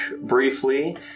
briefly